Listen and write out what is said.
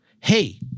hey